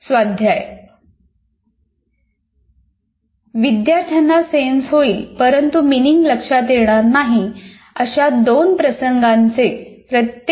स्वाध्याय स्वाध्याय विद्यार्थ्यांना सेन्स होईल परंतु मिनिंग लक्षात येणार नाही अशा दोन प्रसंगांचे प्रत्येकी 250 शब्दात वर्णन करा